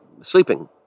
sleeping